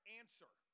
answer